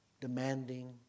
demanding